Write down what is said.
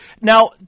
now